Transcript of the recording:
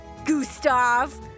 Gustav